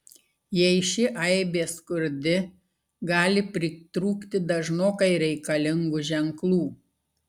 jei ši aibė skurdi gali pritrūkti dažnokai reikalingų ženklų